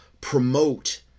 promote